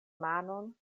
manon